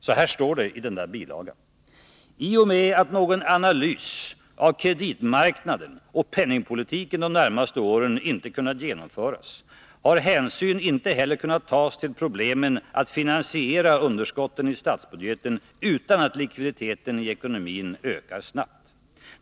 Så här står det i denna bilaga: ”TI och med att någon analys av kreditmarknaden och penningpolitiken de närmaste åren inte kunnat genomföras, har hänsyn inte heller kunnat tas till problemen att finansiera underskotten i statsbudgeten utan att likviditeten i ekonomin ökar snabbt.